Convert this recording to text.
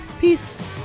Peace